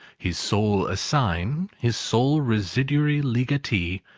his sole assign, his sole residuary legatee,